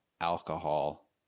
alcohol